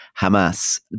Hamas